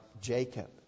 Jacob